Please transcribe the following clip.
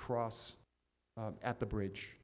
cross at the bridge